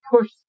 push